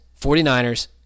49ers